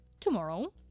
tomorrow